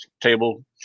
table